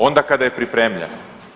Onda kada je pripremljeno.